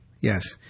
yes